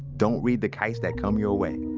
don't read the case that come your way.